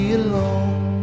alone